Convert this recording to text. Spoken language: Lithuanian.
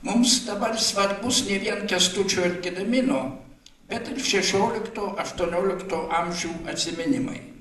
mums dabar svarbus ne vien kęstučio ir gedimino bet ir šešiolikto aštuoniolikto amžių atsiminimai